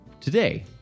Today